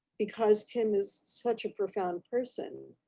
because tim is such a profound person,